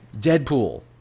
Deadpool